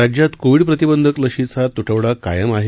राज्यात कोविड प्रतिबंधक लशीचा तुटवडा कायम आहे